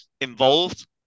involved